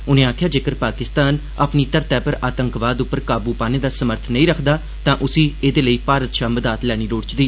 उनें आक्खेआ जेकर पाकिस्तान अपनी धरती पर आतंकवाद उप्पर काबू पाने दा समर्थ नेई रक्खदा तां उसी ऐदे लेई भारत शा मदद लेनी लोड़चदी